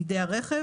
בידי הרכב,